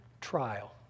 trial